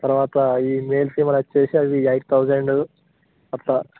తర్వాత ఈ male female వచ్చి అవి ఎయిట్ థౌసండ్ అట్లా